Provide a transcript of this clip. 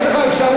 יש לך אפשרות,